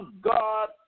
God